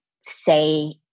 say